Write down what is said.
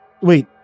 Wait